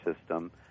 system